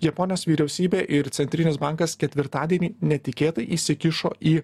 japonijos vyriausybė ir centrinis bankas ketvirtadienį netikėtai įsikišo į